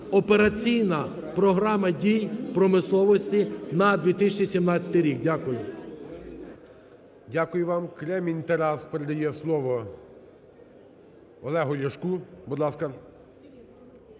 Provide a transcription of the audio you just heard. операційна програма дій промисловості на 2017 рік. Дякую.